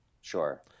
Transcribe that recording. Sure